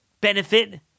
benefit